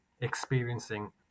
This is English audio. experiencing